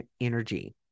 energy